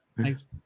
Thanks